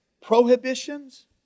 prohibitions